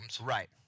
Right